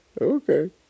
Okay